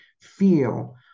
feel